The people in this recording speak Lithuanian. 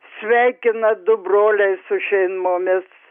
sveikina du broliai su šeimomis